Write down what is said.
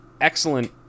excellent